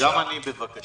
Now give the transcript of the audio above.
גם אני בבקשה.